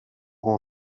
con